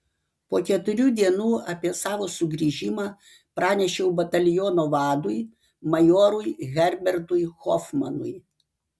po keturių dienų apie savo sugrįžimą pranešiau bataliono vadui majorui herbertui hofmanui